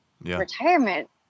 retirement